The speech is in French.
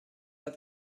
pas